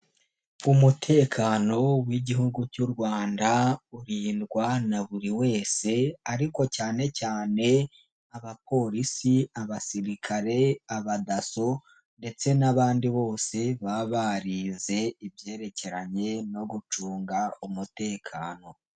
Umutekano w'Igihugu cy'u Rwanda urindwa na buri wese ariko cyane cyane abapolisi, abasirikare, abadaso ndetse n'abandi bose baba barize ibyerekeranye no gucunga umutekano.